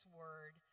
word